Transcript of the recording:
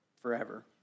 forever